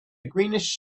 greenish